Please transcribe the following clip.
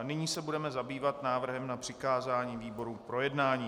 Nyní se budeme zabývat návrhem na přikázání výborům k projednání.